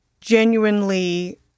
genuinely